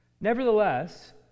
Nevertheless